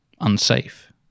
unsafe